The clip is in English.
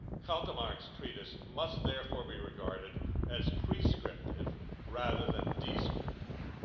caldemar's treatise must therefore be regarded as prescriptive rather than descriptive,